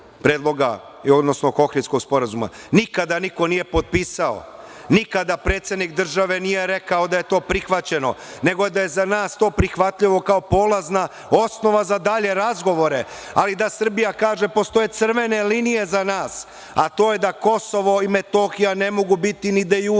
predloga, odnosno Ohridskog sporazuma. Nikada niko nije potpisao, nikada predsednik države nije rekao da je to prihvaćeno, nego da je za nas to prihvatljivo kao polazna osnova za dalje razgovore, ali da Srbija kaže postoje crvene linije za nas, a to je da Kosovo i Metohija ne mogu biti ni de jure